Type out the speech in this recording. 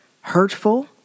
hurtful